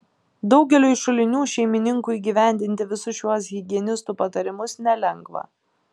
daugeliui šulinių šeimininkų įgyvendinti visus šiuos higienistų patarimus nelengva